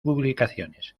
publicaciones